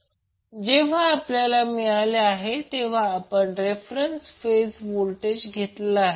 हे जेव्हा आपल्याला मिळाले तेव्हा आपण रेफरन्स फेज व्होल्टेज घेतला